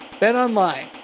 BetOnline